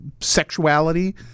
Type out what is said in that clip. sexuality